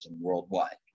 worldwide